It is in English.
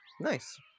Nice